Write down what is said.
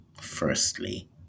firstly